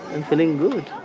i'm feeling